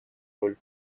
роль